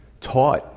taught